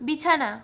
বিছানা